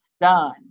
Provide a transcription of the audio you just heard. done